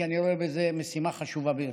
כי אני רואה בזה משימה חשובה ביותר.